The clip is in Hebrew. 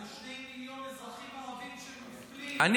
זה לשני מיליון אזרחים ערבים שמופלים --- 75 שנים.